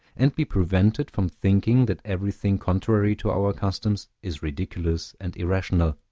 and be prevented from thinking that everything contrary to our customs is ridiculous and irrational,